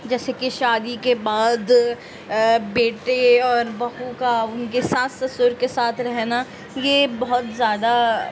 جیسے کہ شادی کے بعد بیٹے اور بہو کا ان کے ساس سسر کے ساتھ رہنا یہ بہت زیادہ